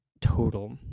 total